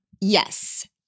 Yes